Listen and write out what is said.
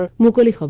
ah locals